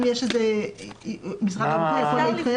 היו פה דיונים וסיפורים, מי